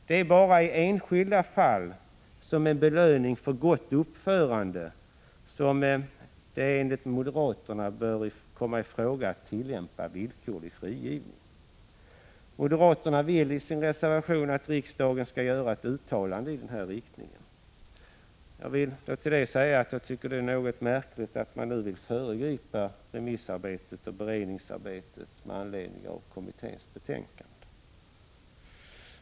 Det är bara i enskilda fall, som en belöning för gott uppförande, som det enligt moderaterna bör komma i fråga att tillämpa frigivning. Moderaterna vill i sin reservation att riksdagen skall göra ett uttalande i den här riktningen. Jag vill till det säga att jag tycker att det är något märkligt att man nu vill föregripa det remissarbete och beredningsarbete som pågår med anledning av kommitténs betänkande.